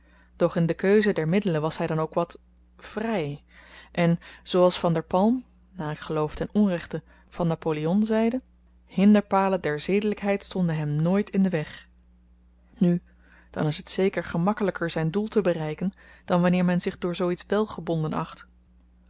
doch in de keuze der middelen was hy dan ook wat vry en zooals van der palm naar ik geloof ten onrechte van napoléon zeide hinderpalen der zedelykheid stonden hem nooit in den weg nu dan is t zeker gemakkelyker zyn doel te bereiken dan wanneer men zich door zoo iets wèl gebonden acht